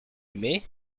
aimé